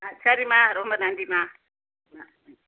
ஆ சரிம்மா ரொம்ப நன்றிம்மா ஆ ம்